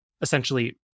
essentially